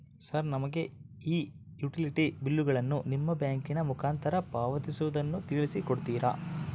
Sir ನಮಗೆ ಈ utility ಬಿಲ್ಲುಗಳನ್ನು ನಿಮ್ಮ ಬ್ಯಾಂಕಿನ ಮುಖಾಂತರ ಪಾವತಿಸುವುದನ್ನು ತಿಳಿಸಿ ಕೊಡ್ತೇರಾ?